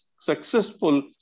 successful